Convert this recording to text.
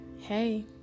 hey